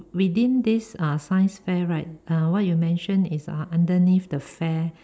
within this uh science fair right uh what you mention is uh underneath the fair